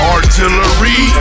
Artillery